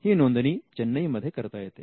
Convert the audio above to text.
ही नोंदणी चेन्नई मध्ये करता येते